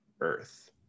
earth